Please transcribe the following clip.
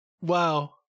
Wow